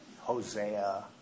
Hosea